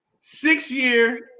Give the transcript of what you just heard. six-year